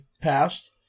passed